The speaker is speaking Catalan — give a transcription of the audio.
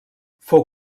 fou